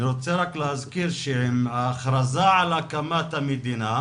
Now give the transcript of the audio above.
אני רוצה רק להזכיר שההכרזה על הקמת המדינה,